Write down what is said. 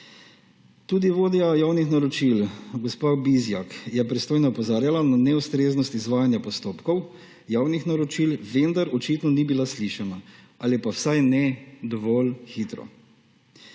Tudi vodja javnih naročil gospa Bizjak je pristojne opozarjala na neustreznosti izvajanja postopkov javnih naročil, vendar očitno ni bila slišana ali pa vsaj ne dovolj hitro.